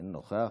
אינו נוכח.